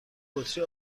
بطری